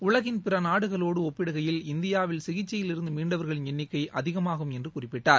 உலகின் பிற நாடுகளோடு ஒப்பிடுகையில்இந்தியாவில் சிகிச்சையிலிருந்து மீன்டவர்களின் எண்ணிக்கை அதிகமாகும் என்று குறிப்பிட்டார்